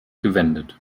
gewendet